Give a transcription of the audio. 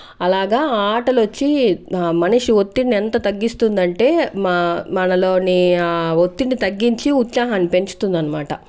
అలాగా ఆటలు వచ్చి మనిషి ఒత్తిడిని ఎంత తగ్గిస్తుంది అంటే మా మనలోని ఒత్తిడిని తగ్గించి ఉత్సాహాన్ని పెంచుతుందనమాట